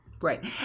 Right